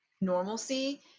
normalcy